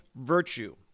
virtue